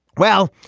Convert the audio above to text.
well,